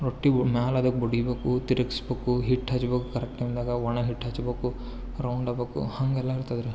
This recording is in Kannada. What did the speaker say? ರೊಟ್ಟಿ ಮೇಲೆ ಅದಕ್ಕೆ ಬಡಿಬೇಕ್ ತಿರ್ಗಸ್ಬೇಕು ಹಿಟ್ಟು ಹಚ್ಚಬೇಕು ಕರೆಕ್ಟ್ ಅಂದಾಗ ಒಣ ಹಿಟ್ಟು ಹಚ್ಬೇಕು ರೌಂಡಾಗ್ಬೇಕು ಹಂಗೆಲ್ಲಾ ಇರ್ತದ್ರಿ